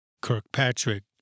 Kirkpatrick